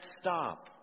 stop